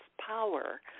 power